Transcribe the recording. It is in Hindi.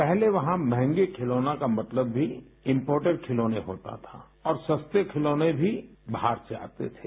पहले वहां महंगे खिलौनों का मतलब भी इम्पोर्टेड खिलौने होता था और सस्ते खिलौने भी बाहर से आते थे